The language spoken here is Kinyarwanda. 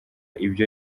ibyo